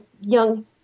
young